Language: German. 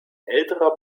älterer